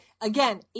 Again